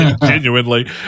genuinely